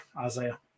Isaiah